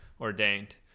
ordained